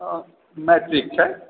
अयॅं matric छथि